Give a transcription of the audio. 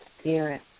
spirit